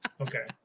Okay